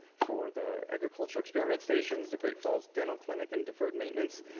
for the agriculture experiment station, the great falls dental clinic and deferred maintenance.